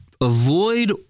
avoid